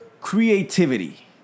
creativity